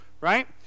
right